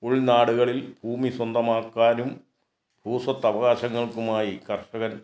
ഉൾനാടുകളിൽ ഭൂമി സ്വന്തമാക്കാനും ഭൂസ്വത്ത് അവകാശങ്ങൾക്കുമായി കർഷകൻ